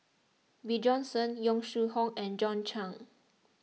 Bjorn Shen Yong Shu Hoong and John Clang